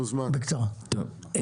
טוב.